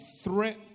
threat